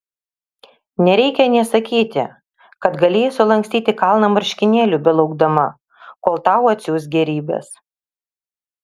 nereikia nė sakyti kad galėjai sulankstyti kalną marškinėlių belaukdama kol tau atsiųs gėrybes